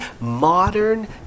modern